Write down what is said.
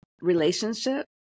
relationship